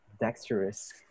dexterous